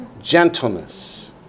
gentleness